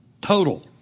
Total